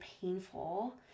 painful